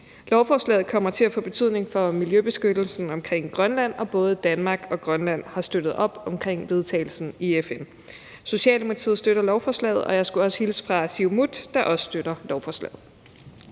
Lovforslaget kommer til at få betydning for miljøbeskyttelsen omkring Grønland, og både Danmark og Grønland har støttet op omkring vedtagelsen i FN. Socialdemokratiet støtter lovforslaget. Og jeg skulle også hilse fra Siumut, der også støtter lovforslaget